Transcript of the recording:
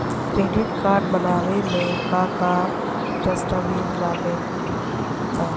Credit card बनवावे म का का दस्तावेज लगा ता?